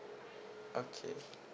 okay